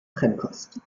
trennkost